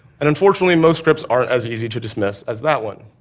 and unfortunately, most scripts aren't as easy to dismiss as that one.